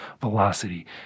velocity